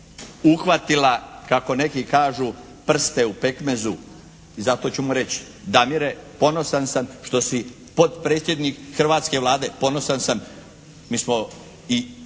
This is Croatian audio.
uhvatila kako neki kažu prste u pekmezu, i zato ću mu reći: "Damire, ponosan što si potpredsjednik hrvatske Vlade. Ponosan sam.", mi smo i